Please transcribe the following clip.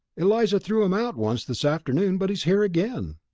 eliza threw him out once this afternoon, but he's here again.